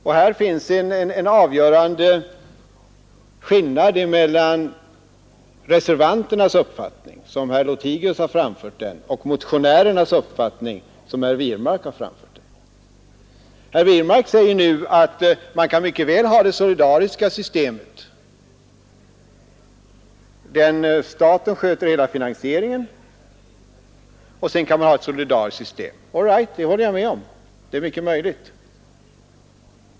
Här finns en avgörande skillnad mellan reservanternas uppfattning, som herr Lothigius framförde den, och motionärernas uppfattning. Herr Wirmark säger nu att man mycket väl kan ha det solidariska systemet. Staten sköter hela finansieringen, och sedan kan man ha ett solidariskt system. All right, det håller jag med om, det är mycket möjligt.